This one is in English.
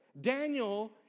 Daniel